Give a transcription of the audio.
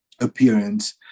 appearance